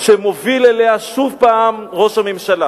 שמוביל אליה שוב ראש הממשלה,